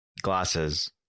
Glasses